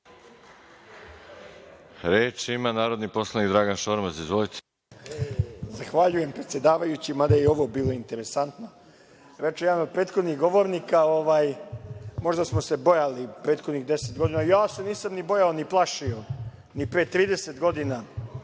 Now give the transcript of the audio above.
Reč ima narodni poslanik Dragan Šormaz. Izvolite. **Dragan Šormaz** Zahvaljujem predsedavajući. Mada je i ovo bilo interesantno. Reče jedan od prethodnih govornika - možda smo se bojali deset godina, ja se nisam ni bojao, ni plašio ni pre 30 godina